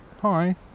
Hi